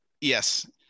Yes